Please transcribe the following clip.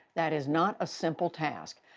that is not a simple task.